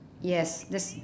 yes that's